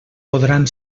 podran